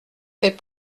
fait